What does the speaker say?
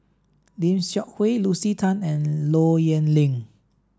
Lim Seok Hui Lucy Tan and Low Yen Ling